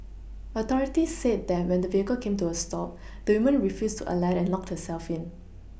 authorities said that when the vehicle came to a stop the woman refused to alight and locked herself in